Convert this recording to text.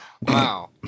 wow